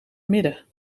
midden